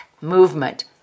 Movement